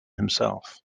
himself